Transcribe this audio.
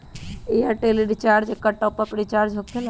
Airtel recharge एकर top off recharge होकेला?